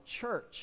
church